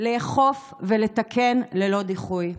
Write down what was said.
לאכוף ולתקן ללא דיחוי.